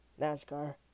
NASCAR